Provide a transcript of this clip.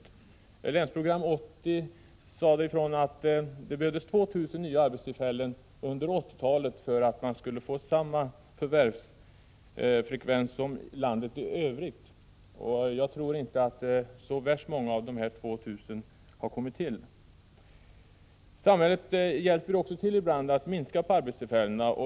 I Länsprogram 80 sades det ifrån att det behövdes 2 000 nya arbetstillfällen under 1980-talet för att man skulle få samma förvärvsfrekvens som landet i övrigt, och jag tror inte att så värst många av dessa 2 000 arbetstillfällen har kommit till stånd. Samhället hjälper ibland också till att minska antalet arbetstillfällen.